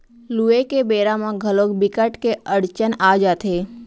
लूए के बेरा म घलोक बिकट के अड़चन आ जाथे